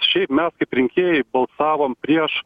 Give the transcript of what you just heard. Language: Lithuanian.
šiaip mes kaip rinkėjai balsavom prieš